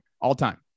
all-time